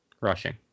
rushing